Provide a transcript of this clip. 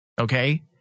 Okay